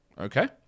Okay